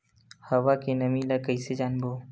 हवा के नमी ल कइसे जानबो?